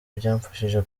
byamfashije